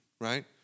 right